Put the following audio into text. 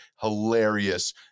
hilarious